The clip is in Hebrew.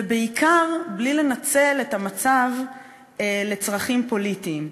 ובעיקר בלי לנצל את המצב לצרכים פוליטיים.